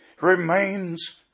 remains